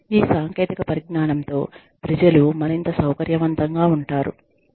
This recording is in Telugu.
ఈ సాంకేతిక పరిజ్ఞానంతో ప్రజలు మరింత సౌకర్యవంతంగా ఉంటారు